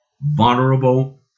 vulnerable